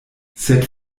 sed